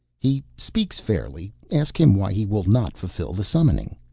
he speaks fairly. ask him why he will not fulfill the summoning.